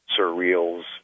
Surreal's